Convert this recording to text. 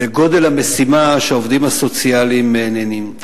לגודל המשימה שהעובדים הסוציאליים נענים לה.